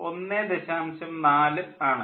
4 ആണ്